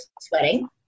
sweating